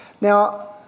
Now